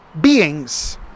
beings